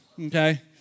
Okay